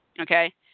okay